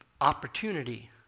opportunity